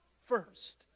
first